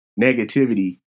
negativity